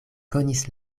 konis